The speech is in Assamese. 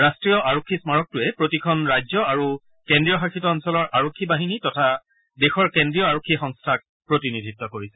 ৰাষ্ট্ৰীয় আৰক্ষী স্মাৰকটোৱে প্ৰতিখন ৰাজ্য আৰু কেন্দ্ৰীয় শাসিত অঞ্চলৰ আৰক্ষী বাহিনী তথা দেশৰ কেন্দ্ৰীয় আৰক্ষী সংস্থাক প্ৰতিনিধিত্ব কৰিছে